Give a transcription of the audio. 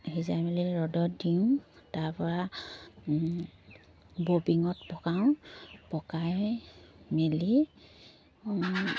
সিজাই মেলি ৰ'দত দিওঁ তাৰপৰা ববিঙত পকাওঁ পকাই মেলি